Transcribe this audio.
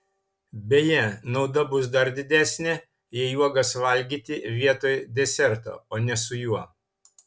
beje nauda bus dar didesnė jei uogas valgyti vietoj deserto o ne su juo